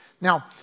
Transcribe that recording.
Now